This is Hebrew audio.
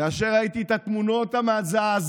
כאשר ראיתי את התמונות המזעזעות